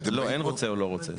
לא, אין רוצה או לא רוצה.